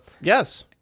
Yes